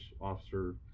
officer